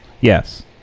Yes